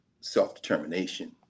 self-determination